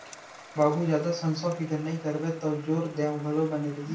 बाबू जादा संसो फिकर नइ करबे तौ जोर देंव घलौ बने रही